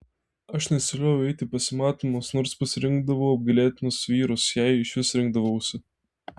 aš nesilioviau eiti į pasimatymus nors pasirinkdavau apgailėtinus vyrus jei išvis rinkdavausi